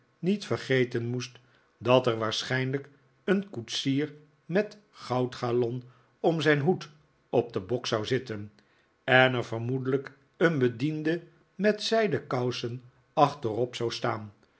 niet vergeten moest dat er waarschijnlijk een koetsier met goudgalon om zijn hoed op den bok zou zitten en er vermoedelijk een bediende met zijden kousen achterop zou staan